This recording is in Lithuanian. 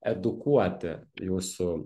edukuoti jūsų